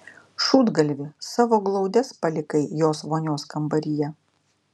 šūdgalvi savo glaudes palikai jos vonios kambaryje